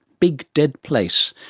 big dead place,